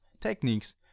techniques